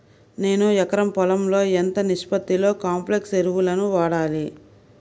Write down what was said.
నేను ఎకరం పొలంలో ఎంత నిష్పత్తిలో కాంప్లెక్స్ ఎరువులను వాడాలి?